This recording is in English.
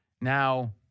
Now